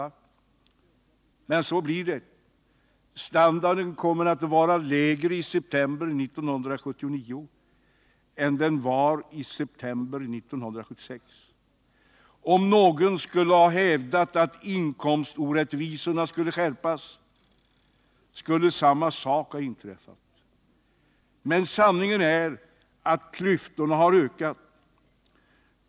Men så blir det. Standarden kommer att vara lägre i september 1979 än den var i september 1976. Om någon skulle ha hävdat att inkomstorättvisorna skulle skärpas, skulle samma sak ha inträffat. Men sanningen är att klyftorna har ökat.